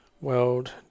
world